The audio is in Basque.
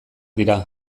dira